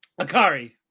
Akari